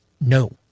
No